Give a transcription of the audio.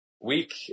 week